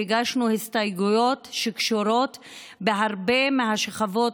והגשנו הסתייגויות שקשורות להרבה מהשכבות